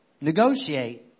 negotiate